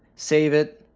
save it,